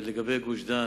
לגבי גוש-דן,